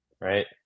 right